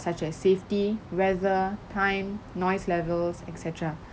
such as safety weather time noise levels et cetera